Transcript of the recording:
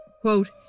Quote